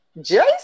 Jason